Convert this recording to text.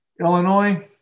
Illinois